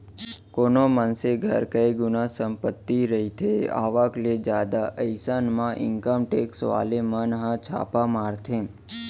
कोनो मनसे घर कई गुना संपत्ति रहिथे आवक ले जादा अइसन म इनकम टेक्स वाले मन ह छापा मारथे